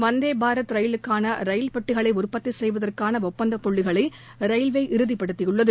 வந்தே பாரத் ரயிலுக்கான ரயில் பெட்டிகளை உற்பத்தி செய்வதற்கான ஒப்பந்த புள்ளிகளை ரயில்வே இறுதிப்படுத்தியுள்ளது